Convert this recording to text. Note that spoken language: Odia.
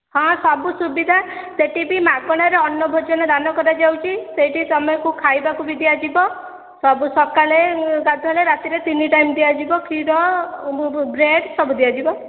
ହଁ ସବୁ ସୁବିଧା ସେଇଠି ବି ମାଗଣାରେ ଅନ୍ନ ଭୋଜନ ଦାନ କରାଯାଉଛି ସେଇଠି ତୁମକୁ ଖାଇବାକୁ ବି ଦିଆଯିବ ସବୁ ସକାଳେ ଗାଧୁଆ ବେଳେ ରାତିରେ ତିନି ଟାଇମ୍ ଦିଆଯିବ କ୍ଷୀର ବ୍ରେଡ୍ ସବୁ ଦିଆଯିବ